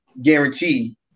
guarantee